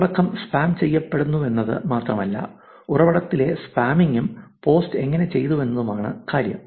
ഉള്ളടക്കം സ്പാം ചെയ്യപ്പെടുന്നുവെന്നത് മാത്രമല്ല ഉറവിടത്തിന്റെ സ്പാമിങ്ങും പോസ്റ്റ് എങ്ങനെ ചെയ്തുവെന്നതുമാണ് കാര്യം